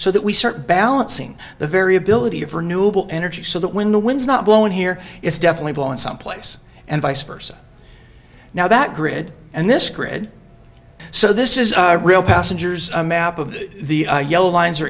so that we search balancing the variability of renewable energy so that when the wind's not blown here it's definitely blown someplace and vice versa now that grid and this grid so this is a real passengers a map of the yellow lines